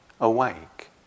awake